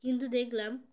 কিন্তু দেখলাম